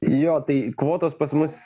jo tai kvotos pas mus